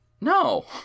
No